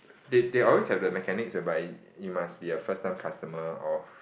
they they always have the mechanics whereby you must be a first time customer of